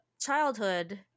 childhood